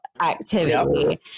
activity